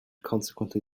consequently